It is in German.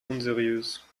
unseriös